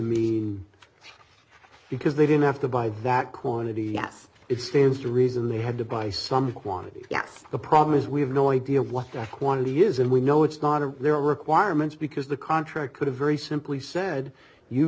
mean because they didn't have to buy that quantity yes it stands to reason they had to buy some quantity yes the problem is we have no idea what they want to use and we know it's not of their requirements because the contract could have very simply said you